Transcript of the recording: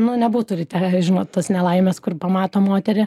nu nebūtų ryte žinot tos nelaimės kur pamato moterį